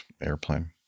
airplane